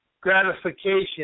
gratification